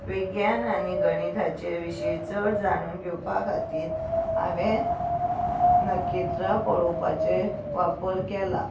विज्ञान आनी गणिताचे विशीं चड जाणून घेवपा खातीर हांवें नखेत्रां पळोवपाचें वापर केला